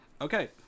okay